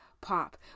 pop